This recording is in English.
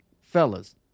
Fellas